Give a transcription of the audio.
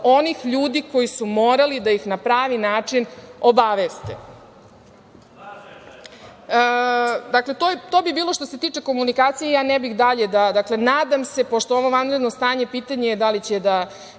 onih ljudi koji su morali da ih na pravi način obaveste. To bi bilo što se tiče komunikacije i ja ne bih dalje o tome. Nadam se, pošto ovo vanredno stanje, pitanje je da li će i